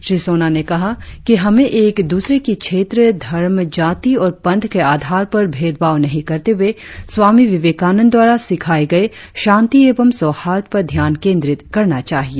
श्री सोना ने कहा कि हमे एक दूसरे की क्षेत्र धर्म जाति और पंथ के आधार पर भेदभाव नहीं करते हुए स्वामी विवेकानंद द्वारा सिखाए गए शांति एवं सौहार्द पर ध्यान केंद्रित करना चाहिए